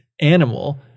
animal